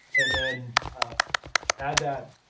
and then add that